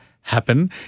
happen